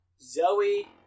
zoe